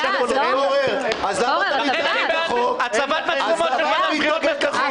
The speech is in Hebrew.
חבר הכנסת פורר, אז למה אתה מתנגד לחוק?